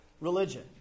religion